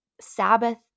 Sabbath